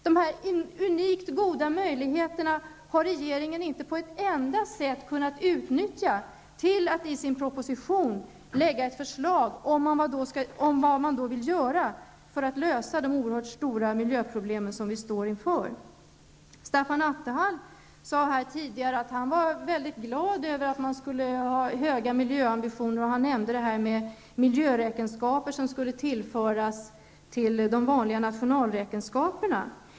De här unikt goda möjligheterna har regeringen inte på ett enda sätt kunnat utnyttja till att i sin proposition lägga fram ett förslag om vad man vill göra för att lösa det oerhört stora miljöproblem som vi står inför. Stefan Attefall sade tidigare att han är mycket glad över man skulle ha höga miljöambitioner. Han nämnde miljöräkenskaper som skulle tillföras de vanliga nationalräkenskaperna.